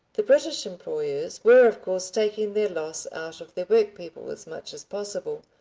the british employers were, of course, taking their loss out of their workpeople as much as possible,